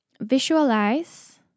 visualize